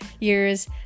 years